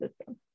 system